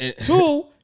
Two